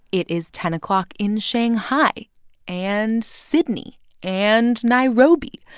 it is ten o'clock in shanghai and sydney and nairobi.